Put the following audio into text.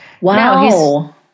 wow